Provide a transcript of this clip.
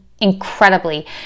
incredibly